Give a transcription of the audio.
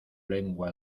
lengua